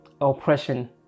oppression